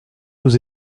osé